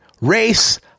race